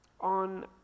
on